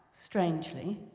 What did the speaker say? strangely,